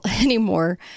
anymore